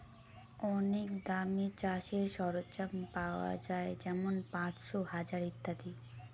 অনেক দামে চাষের সরঞ্জাম পাওয়া যাই যেমন পাঁচশো, হাজার ইত্যাদি